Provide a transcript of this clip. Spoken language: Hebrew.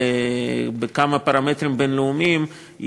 בכמה פרמטרים בין-לאומיים,